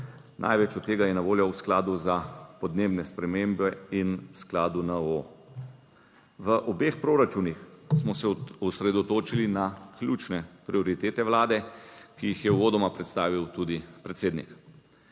največ od tega je na voljo v Skladu za podnebne spremembe in v skladu NO. V obeh proračunih smo se osredotočili na ključne prioritete Vlade, ki jih je uvodoma predstavil tudi predsednik.